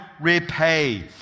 repay